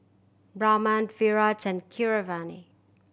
Raman Virat and Keeravani